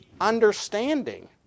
understanding